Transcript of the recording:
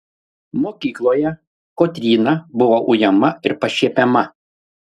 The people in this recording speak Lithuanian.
mokykloje kotryna buvo ujama ir pašiepiama